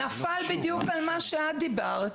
זה נפל בדיוק על מה שאת דיברת.